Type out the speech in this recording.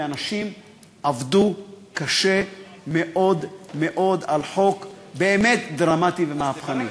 כי אנשים עבדו קשה מאוד מאוד על חוק באמת דרמטי ומהפכני.